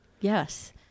Yes